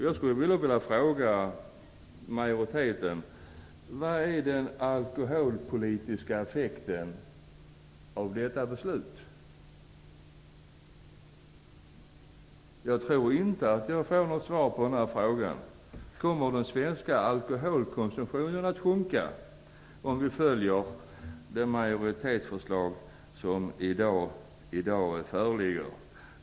Jag skulle vilja fråga majoriteten: Vad är den alkoholpolitiska effekten av detta beslut? Jag tror inte att jag får något svar på frågan. Kommer den svenska alkoholkonsumtionen att sjunka om vi följer det majoritetsförslag som i dag föreligger?